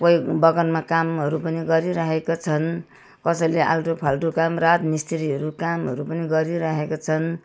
कोही बगानमा कामहरू पनि गरिरहेको छन् कसैले आल्टोफाल्टो काम राजमिस्त्रीहरू कामहरू पनि गरिरहेको छन्